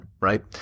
right